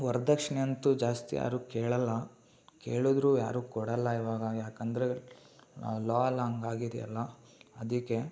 ವರದಕ್ಷ್ಣೆಯಂತೂ ಜಾಸ್ತಿ ಯಾರೂ ಕೇಳೋಲ್ಲ ಕೇಳಿದ್ರೂ ಯಾರೂ ಕೊಡೋಲ್ಲ ಇವಾಗ ಏಕಂದ್ರೆ ಲಾ ಎಲ್ಲ ಹಂಗಾಗಿದ್ಯಲ್ಲಾ ಅದಕ್ಕೆ